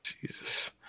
Jesus